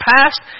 past